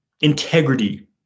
integrity